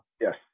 Yes